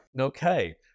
Okay